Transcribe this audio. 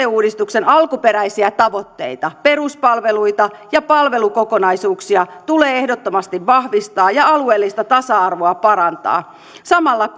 uudistuksen alkuperäisiä tavoitteita peruspalveluita ja palvelukokonaisuuksia tulee ehdottomasti vahvistaa ja alueellista tasa arvoa parantaa samalla